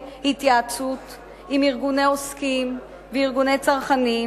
התייעצות עם ארגוני עוסקים וארגוני צרכנים,